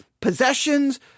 possessions